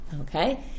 okay